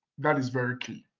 that is very key.